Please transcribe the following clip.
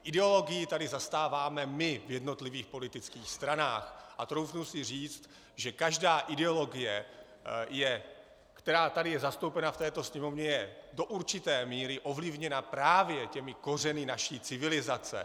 Ideologii tady zastáváme my v jednotlivých politických stranách a troufnu si říct, že každá ideologie, která je zastoupena tady v této Sněmovně, je do určité míry ovlivněna právě těmi kořeny naší civilizace.